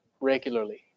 regularly